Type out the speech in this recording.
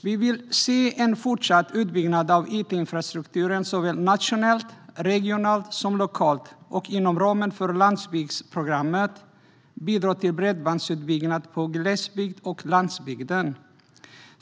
Vi vill se en fortsatt utbyggnad av it-infrastrukturen såväl nationellt och regionalt som lokalt och inom ramen för landsbygdsprogrammet bidra till bredbandsutbyggnad i glesbygden och på landsbygden.